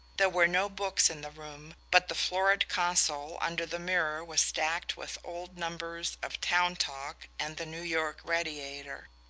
there were no books in the room, but the florid console under the mirror was stacked with old numbers of town talk and the new york radiator.